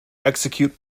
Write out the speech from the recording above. execute